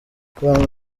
com